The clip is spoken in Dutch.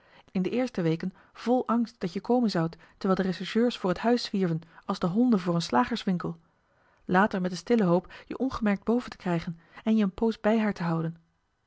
in de eerste weken vol angst dat je komen zoudt terwijl de rechercheurs voor het huis zwierven als de honden voor een slagerswinkel later met de stille hoop je ongemerkt boven te krijgen en je een poos bij haar te houden